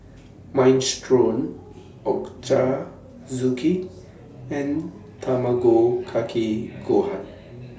Minestrone Ochazuke and Tamago Kake Gohan